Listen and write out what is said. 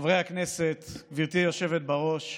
חברי הכנסת, גברתי היושבת בראש,